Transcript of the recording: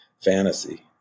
fantasy